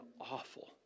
awful